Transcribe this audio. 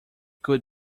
could